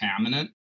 contaminant